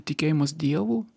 tikėjimas dievu